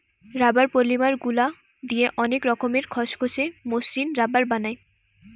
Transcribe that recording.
rubber polymer গুলা দিয়ে অনেক রকমের খসখসে, মসৃণ রাবার বানায়